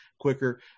quicker